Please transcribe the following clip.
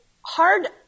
hard